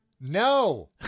No